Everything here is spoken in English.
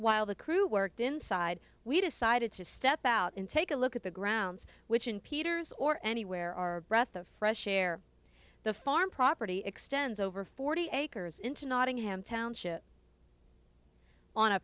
while the crew worked inside we decided to step out and take a look at the grounds which in peter's or anywhere are breath of fresh air the farm property extends over forty acres